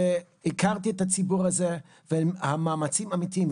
הכרתי את הציבור הזה והמאמצים הם אמיתיים,